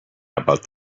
about